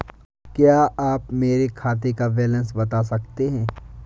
क्या आप मेरे खाते का बैलेंस बता सकते हैं?